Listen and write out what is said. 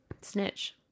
snitch